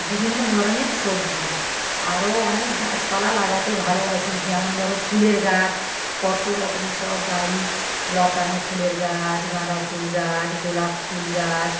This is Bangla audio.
বিভিন্ন ধরনের সবজি আরও অনেক গাছপালা লাগাতে ভালোবাসি যেমন ধরো ফুলের গাছ কত রকমের সব বাড়ি লতানো ফুলের গাছ গাঁদা ফুল গাছ গোলাপ ফুল গাছ